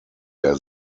der